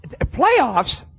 playoffs